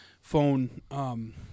phone